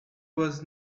was